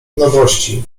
nowości